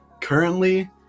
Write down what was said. currently